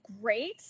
great